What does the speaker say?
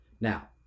Now